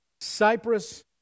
Cyprus